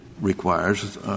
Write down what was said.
requires